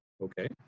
Okay